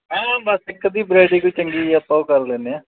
ਹਾਂ ਬਸ ਇੱਕ ਅੱਧੀ ਵਰਾਇਟੀ ਕੋਈ ਚੰਗੀ ਜਿਹੀ ਆਪਾਂ ਉਹ ਕਰ ਲੈਦੇ ਹਾਂ